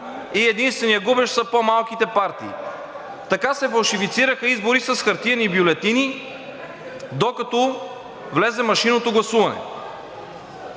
и единственият губещ са по-малките партии. Така се фалшифицираха избори с хартиени бюлетини, докато влезе машинното гласуване.